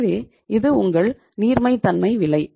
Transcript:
எனவே இது உங்கள் நீர்மைத்தன்மை விலை